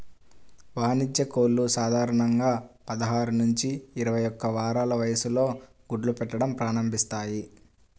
వాణిజ్య కోళ్లు సాధారణంగా పదహారు నుంచి ఇరవై ఒక్క వారాల వయస్సులో గుడ్లు పెట్టడం ప్రారంభిస్తాయి